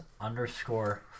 underscore